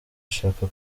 ashaka